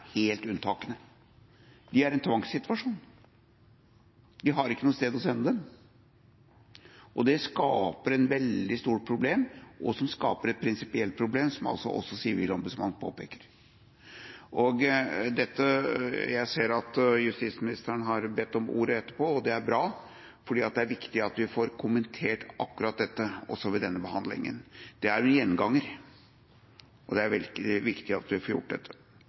helt unntaksvis. De er i en tvangssituasjon, de har ikke noe sted å sende arrestantene. Det skaper et veldig stort problem, som skaper et prinsipielt problem, som også Sivilombudsmannen påpeker. Jeg ser at justisministeren har bedt om ordet etterpå, og det er bra, for det er viktig at vi får kommentert akkurat dette også ved denne behandlingen. Det er en gjenganger, så det er viktig at vi får gjort dette.